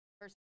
first